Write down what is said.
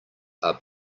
are